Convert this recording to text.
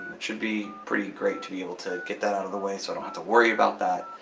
it should be pretty great to be able to get that out of the way so i don't have to worry about that.